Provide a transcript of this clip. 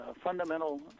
fundamental